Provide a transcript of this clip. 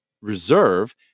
reserve